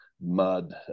mud